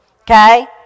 Okay